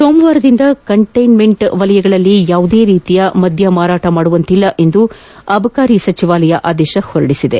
ಸೋಮವಾರದಿಂದ ಕಂಟ್ಲೆನ್ಸೆಂಟ್ ವಲಯಗಳಲ್ಲಿ ಯಾವುದೇ ರೀತಿಯ ಮದ್ನ ಮಾರಾಟ ಮಾಡುವಂತಿಲ್ಲ ಎಂದು ಅಬಕಾರಿ ಸಚಿವಾಲಯ ಆದೇಶ ಹೊರಡಿಸಿದೆ